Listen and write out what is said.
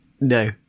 No